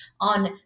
on